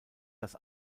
das